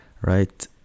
right